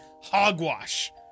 hogwash